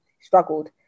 struggled